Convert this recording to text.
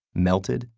melted,